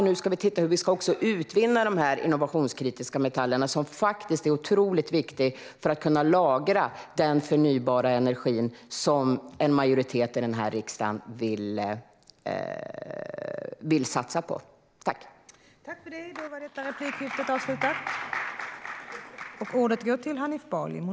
Nu ska man också titta på hur dessa innovationskritiska metaller, som faktiskt är otroligt viktiga för att kunna lagra den förnybara energi som en majoritet i denna riksdag vill satsa på, ska utvinnas.